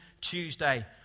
Tuesday